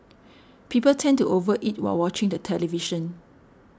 people tend to over eat while watching the television